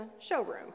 showroom